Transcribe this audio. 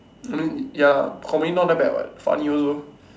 I mean ya comedy not that bad [what] funny also